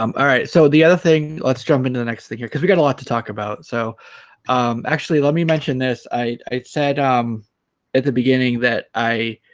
um alright so the other thing let's jump into the next thing because we've got, a lot to talk about so actually let me mention this i said um at the beginning that i